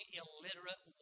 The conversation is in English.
illiterate